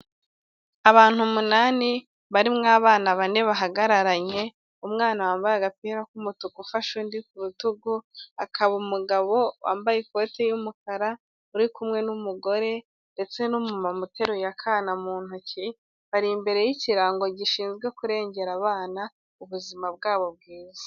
Abantu umunani barimo abana bane bahagararanye, umwana wambaye agapira k'umutuku ufashe undi ku rutugu, hakaba umugabo wambaye ikoti y'umukara uri kumwe n'umugore ndetse n'umumama uteruye akana mu ntoki, bari imbere y'ikirango gishinzwe kurengera abana ubuzima bwabo bwiza.